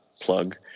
plug